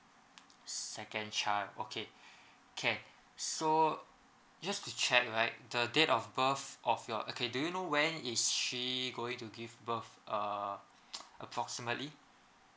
second child okay can so just to check right the date of birth of your okay do you know when is she going to give birth uh approximately